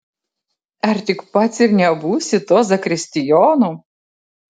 ar tik pats ir nebūsi tuo zakristijonu